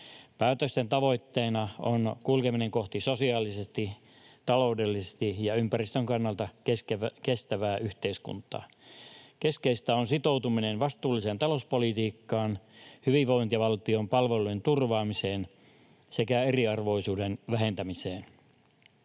Päätösten tavoitteena on kulkeminen kohti sosiaalisesti, taloudellisesti ja ympäristön kannalta kestävää yhteiskuntaa. Keskeistä on sitoutuminen vastuulliseen talouspolitiikkaan, hyvinvointivaltion palvelujen turvaamiseen sekä eriarvoisuuden vähentämiseen.